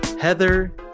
Heather